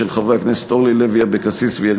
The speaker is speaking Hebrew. ועדת עבודה